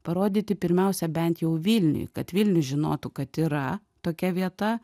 parodyti pirmiausia bent jau vilniui kad vilnius žinotų kad yra tokia vieta